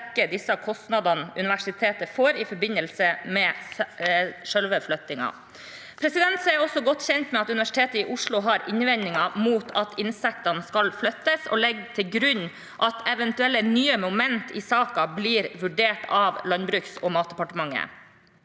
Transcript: dekker kostnadene universitetet får i forbindelse med selve flyttingen. Jeg er også godt kjent med at Universitetet i Oslo har innvendinger mot at insektene skal flyttes, og legger til grunn at eventuelle nye momenter i saken blir vurdert av Landbruks- og matdepartementet.